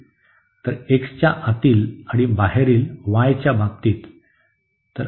तर x च्या आतील आणि बाहेरील y च्या बाबतीत